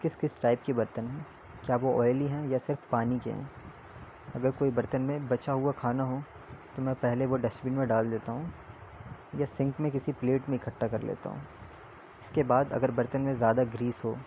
کس کس ٹائپ کی برتن ہے کیا وہ آئلی ہیں یا صرف پانی کے ہیں اگر کوئی برتن میں بچا ہوا کھانا ہو تو میں پہلے وہ ڈسٹ بن میں ڈال دیتا ہوں یا سنک میں کسی پلیٹ میں اکٹھا کر لیتا ہوں اس کے بعد اگر برتن میں زیادہ گریس ہو